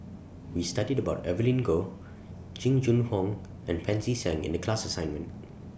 We studied about Evelyn Goh Jing Jun Hong and Pancy Seng in The class assignment